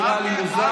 נראה לי מוזר.